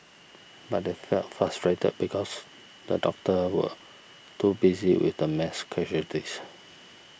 but they felt frustrated because the doctors were too busy with the mass casualties